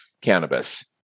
cannabis